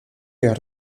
est